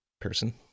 person